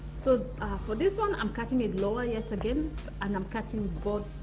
so for this one i'm cutting it lower yet again and i'm cutting both